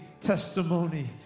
testimony